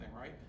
right